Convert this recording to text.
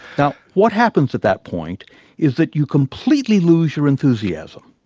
now what happens at that point is that you completely lose your enthusiasm.